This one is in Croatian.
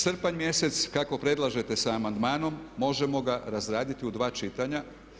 Srpanj mjesec kako predlažete sa amandmanom možemo ga razraditi u dva čitanja.